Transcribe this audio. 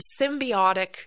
symbiotic